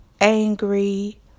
angry